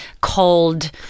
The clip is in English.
cold